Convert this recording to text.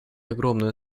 огромную